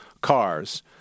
cars